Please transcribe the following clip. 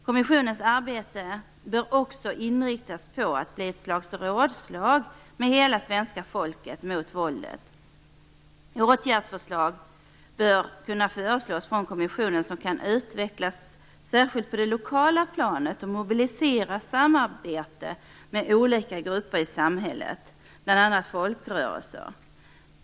Kommissionens arbete bör också inriktas på att bli ett slags rådslag med hela svenska folket mot våldet. Kommissionen bör kunna föreslå åtgärder som kan utvecklas särskilt på det lokala planet och mobilisera samarbete med olika grupper i samhället, bl.a. folkrörelser.